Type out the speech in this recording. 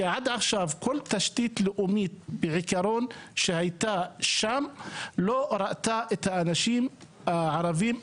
שעד עכשיו כל תשתית לאומית בעיקרון שהייתה שם לא ראתה את האנשים הערבים,